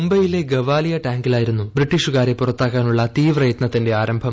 മുംബൈയിലെ ഗവാലിയ ടാങ്കിലായിരുന്നു ബ്രിട്ടീഷുകാരെ പുറത്താക്കാനുള്ള തീവ്രയത്നത്തിന്റെ ആരംഭം